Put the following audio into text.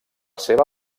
seva